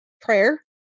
prayer